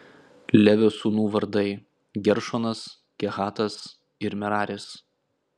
levio sūnų vardai geršonas kehatas ir meraris